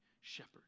shepherd